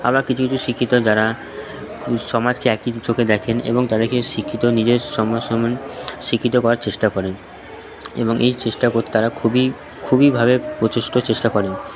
আবার কিছু কিছু শিক্ষিত যারা সমাজকে একই চোখে দেখেন এবং তাদেরকে শিক্ষিত নিজের সমসাময়িক শিক্ষিত করার চেষ্টা করেন এবং এই চেষ্টা করতে তারা খুবই খুবইভাবে প্রচেষ্ট চেষ্টা করেন